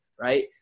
right